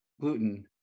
gluten